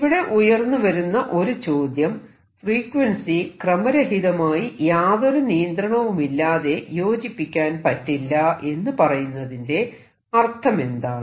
ഇവിടെ ഉയർന്നു വരുന്ന ഒരു ചോദ്യം ഫ്രീക്വൻസി ക്രമരഹിതമായി യാതൊരു നിയന്ത്രണവുമില്ലാതെ യോജിപ്പിക്കാൻ പറ്റില്ല എന്ന് പറയുന്നതിന്റെ അർത്ഥമെന്താണ്